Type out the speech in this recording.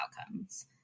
outcomes